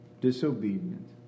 disobedient